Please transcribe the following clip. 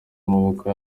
amaboko